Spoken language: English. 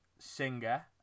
singer